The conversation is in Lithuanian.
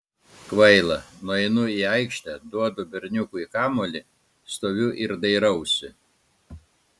kvaila nueinu į aikštę duodu berniukui kamuolį stoviu ir dairausi